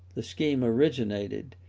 the scheme originated,